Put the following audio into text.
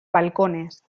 balcones